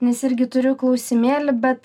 nes irgi turiu klausimėlį bet